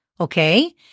okay